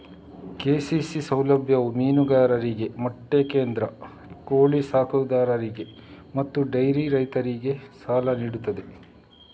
KCC ಸೌಲಭ್ಯವು ಮೀನುಗಾರರಿಗೆ, ಮೊಟ್ಟೆ ಕೇಂದ್ರ, ಕೋಳಿ ಸಾಕುದಾರರಿಗೆ ಮತ್ತು ಡೈರಿ ರೈತರಿಗೆ ಸಾಲ ನೀಡುತ್ತದೆ